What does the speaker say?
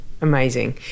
amazing